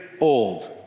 old